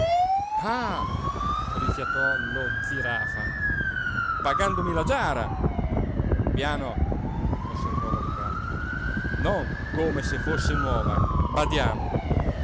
rifiatò lo zirafa pagandomi la giara piano osservò l'avvocato non come se fosse nuova badiamo